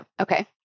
okay